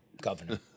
Governor